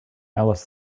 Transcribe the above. alice